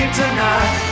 tonight